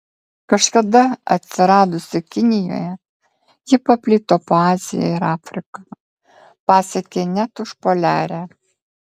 kažkada atsiradusi kinijoje ji paplito po aziją ir afriką pasiekė net užpoliarę